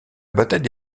bataille